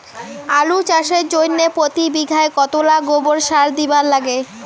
আলু চাষের জইন্যে প্রতি বিঘায় কতোলা গোবর সার দিবার লাগে?